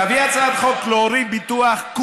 תביא הצעת חוק להוריד ביטוח לאופנועים,